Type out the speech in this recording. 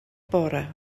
bore